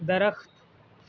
درخت